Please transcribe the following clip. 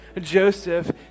Joseph